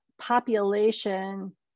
population